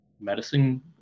medicine